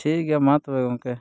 ᱴᱷᱤᱠ ᱜᱮᱭᱟ ᱢᱟ ᱛᱚᱵᱮ ᱜᱚᱢᱠᱮ